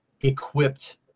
equipped